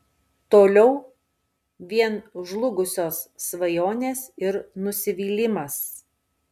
toliau vien žlugusios svajonės ir nusivylimas